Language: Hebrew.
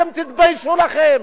אתם תתביישו לכם.